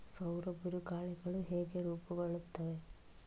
ಸೌರ ಬಿರುಗಾಳಿಗಳು ಹೇಗೆ ರೂಪುಗೊಳ್ಳುತ್ತವೆ?